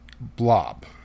blob